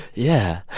yeah.